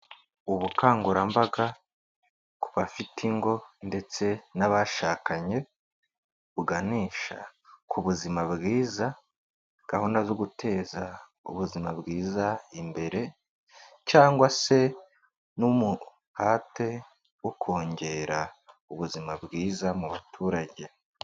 Ubukangurambaga ku bafite ingo ndetse n'abashakanye, buganisha ku buzima bwiza gahunda zo guteza ubuzima bwiza imbere cyangwa se n'umuhate wo kongera ubuzima bwiza mu baturage.